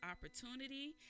opportunity